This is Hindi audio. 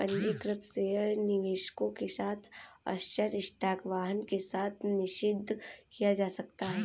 पंजीकृत शेयर निवेशकों के साथ आश्चर्य स्टॉक वाहन के साथ निषिद्ध किया जा सकता है